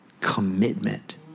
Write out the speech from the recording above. commitment